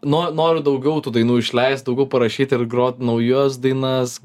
no noriu daugiau tų dainų išleist daugiau parašyt ir grot naujuos dainas